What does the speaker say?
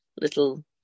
little